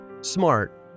smart